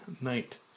Night